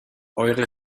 eure